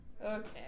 Okay